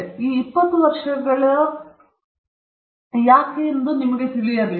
ಮತ್ತು 20 ವರ್ಷಗಳು ಎಲ್ಲಾ ತಂತ್ರಜ್ಞಾನಗಳಿಗೆ ಅರ್ಥವಿಲ್ಲ ಎಂದು ನಿಮಗೆ ತಿಳಿದಿದೆ